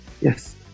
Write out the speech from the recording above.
Yes